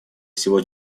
всего